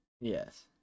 Yes